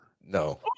No